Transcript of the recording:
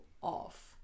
off